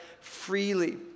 freely